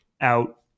out